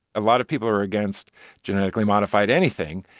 a lot of people are against genetically modified anything.